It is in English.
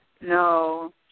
No